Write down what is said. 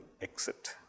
exit